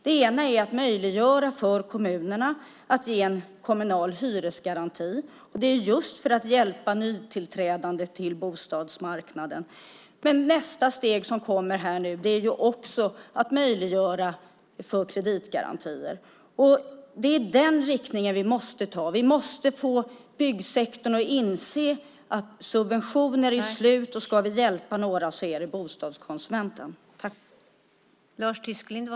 Det ena är att man möjliggör för kommunerna att ge en kommunal hyresgaranti. Detta är just för att hjälpa nytillträdande till bostadsmarknaden. Nästa steg som kommer här är att man möjliggör för kreditgarantier. Det är i den riktningen vi måste gå. Vi måste få byggsektorn att inse att subventioner är slut, och är det några som ska ha hjälp så är det bostadskonsumenterna.